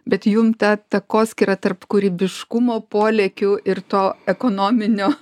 bet jum ta takoskyra tarp kūrybiškumo polėkių ir to ekonominio